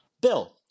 Bill